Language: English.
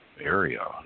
area